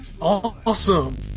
Awesome